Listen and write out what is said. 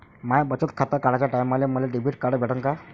माय बचत खातं काढाच्या टायमाले मले डेबिट कार्ड भेटन का?